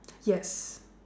yes